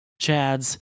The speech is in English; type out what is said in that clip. chads